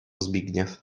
zbigniew